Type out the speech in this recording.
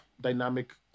dynamic